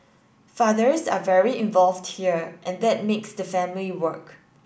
fathers are very involved here and that makes the family work